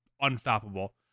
unstoppable